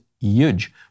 huge